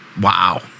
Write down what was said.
Wow